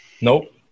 Nope